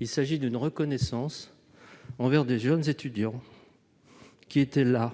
Il s'agit d'une reconnaissance envers de jeunes étudiants, qui étaient au